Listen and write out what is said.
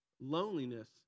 loneliness